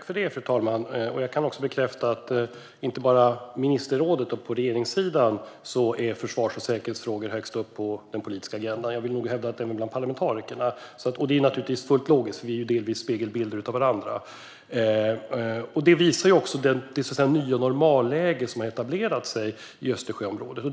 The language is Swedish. Fru talman! Jag kan bekräfta att det inte bara är i ministerrådet, på regeringssidan, som försvars och säkerhetsfrågor är högst upp på den politiska agendan. Jag vill nog hävda att det är så även bland parlamentarikerna. Det är naturligtvis fullt logiskt, för vi är delvis spegelbilder av varandra. Detta visar också det nya normalläge som har etablerat sig i Östersjöområdet.